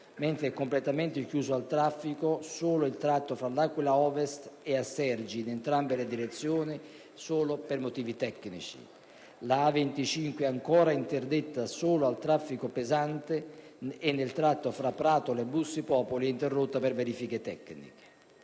mentre è completamente chiuso al traffico solo il tratto tra Aquila Ovest e Assergi in entrambe le direzioni solo per motivi tecnici. La A25 è ancora interdetta solo al traffico pesante e nel tratto tra Pratola e Bussi Popoli è interrotta per verifiche tecniche.